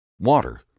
water